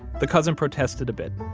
the cousin protested a bit,